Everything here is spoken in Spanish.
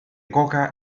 coca